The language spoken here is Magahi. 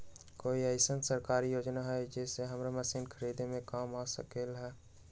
कोइ अईसन सरकारी योजना हई जे हमरा मशीन खरीदे में काम आ सकलक ह?